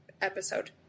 episode